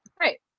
right